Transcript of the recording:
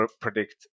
predict